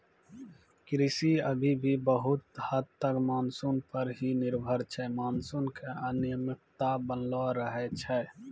कृषि अभी भी बहुत हद तक मानसून पर हीं निर्भर छै मानसून के अनियमितता बनलो रहै छै